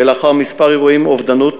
ולאחר מספר אירועי אובדנות,